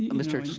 mr.